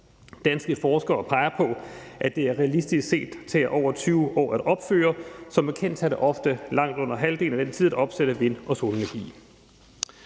Danske forskere peger på, at det realistisk set vil tage over 20 år at opføre. Som bekendt tager det ofte langt under halvdelen af den tid at opsætte vindmøller og solenergianlæg.